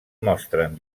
mostren